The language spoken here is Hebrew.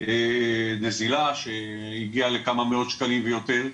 נזילה שהגיעה לכמה מאות שקלים ויותר,